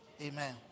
Amen